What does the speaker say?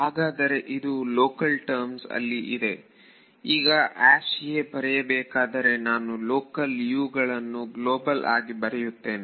ಹಾಗಾದರೆ ಇದು local terms ಅಲ್ಲಿ ಇದೆ ಈಗ a ಬರೆಯಬೇಕಾದರೆ ನಾನು ಲೋಕಲ್ U ಗಳನ್ನು ಗ್ಲೋಬಲ್ ಆಗಿ ಬರೆಯುತ್ತೇನೆ